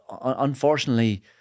unfortunately